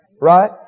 right